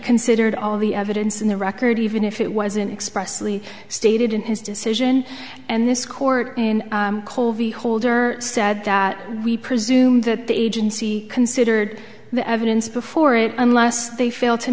considered all the evidence in the record even if it wasn't expressly stated in his decision and this court in the holder said that we presumed that the agency considered the evidence before it unless they fail to